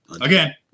Again